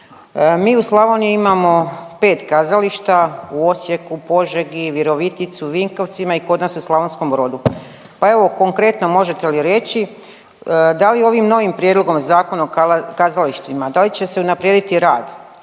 Mi u Slavoniji imamo 5 kazališta, u Osijeku, Požegi, Viroviticu, Vinkovcima i kod u Slavonskom Brodu, pa evo, konkretno, možete li reći, da li ovim novim Prijedlogom Zakona o kazalištima, da li će se unaprijediti rad?